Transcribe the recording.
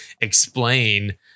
explain